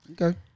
okay